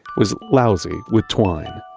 was lousy with twine.